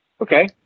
okay